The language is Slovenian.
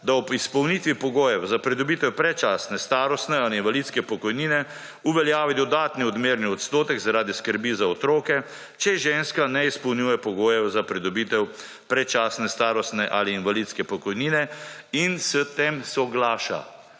da ob izpolnitvi pogojev za pridobitev predčasne starostne ali invalidske pokojnine uveljavi dodatni odmerni odstotek zaradi skrbi za otroke, če ženska ne izpolnjuje pogojev za pridobitev predčasne starostne ali invalidske pokojnine in s tem soglaša,